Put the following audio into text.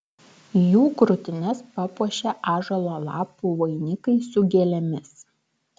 jų krūtines papuošė ąžuolo lapų vainikai su gėlėmis